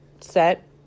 set